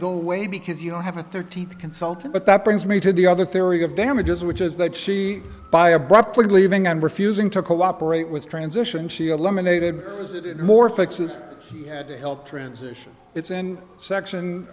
go away because you don't have a thirteenth consultant but that brings me to the other theory of damages which is that she by abruptly leaving and refusing to cooperate with transition she alum unaided was more fixes he had to help transition it's in section